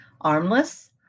Armless